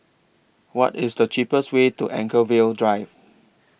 What IS The cheapest Way to Anchorvale Drive